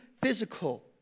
physical